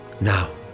Now